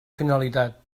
finalitat